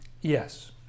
Yes